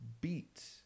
Beat